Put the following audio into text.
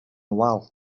wal